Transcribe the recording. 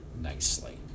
nicely